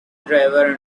driver